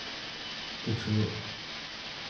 ᱠᱤᱪᱷᱩ